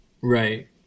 Right